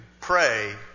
pray